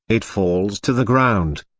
it falls to the ground.